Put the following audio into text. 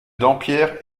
dampierre